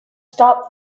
stop